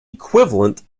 equivalent